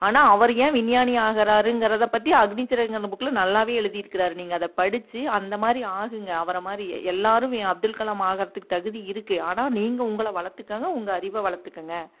ஆனால் அவர் ஏன் விஞ்ஞானி ஆகறாருங்கிறதை பற்றி அக்னி சிறகுகள் அந்த புக்கில் நல்லாவே எழுதியிருக்கறாரு நீங்கள் அதை படித்து அந்த மாதிரி ஆகுங்க அவரை மாதிரி எல்லோருமே அப்துல் கலாம் ஆகிறதுக்கு தகுதி இருக்குது ஆனால் நீங்கள் உங்களை வளர்த்துக்கங்க உங்கள் அறிவை வளர்த்துக்கங்க